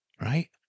Right